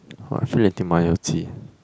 [wah] feel like eating ma you ji